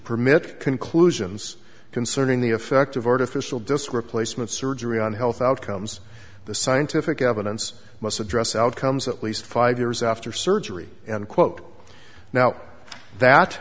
permit conclusions concerning the effect of artificial disc replacement surgery on health outcomes the scientific evidence must address outcomes at least five years after surgery and quote now that